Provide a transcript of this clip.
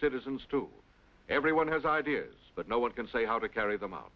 citizens to everyone has ideas but no one can say how to carry them out